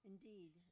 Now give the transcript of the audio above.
Indeed